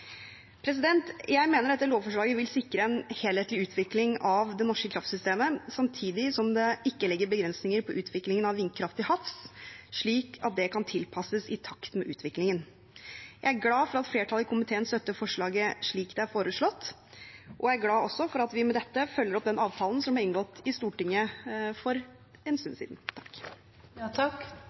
Jeg mener dette lovforslaget vil sikre en helhetlig utvikling av det norske kraftsystemet, samtidig som det ikke legger begrensninger på utviklingen av vindkraft til havs, slik at det kan tilpasses i takt med utviklingen. Jeg er glad for at flertallet i komiteen støtter forslaget slik det er foreslått, og jeg er også glad for at vi med dette følger opp den avtalen som ble inngått i Stortinget for